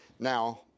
Now